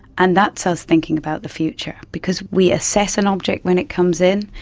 and that's us thinking about the future, because we assess an object when it comes in,